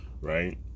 right